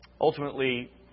Ultimately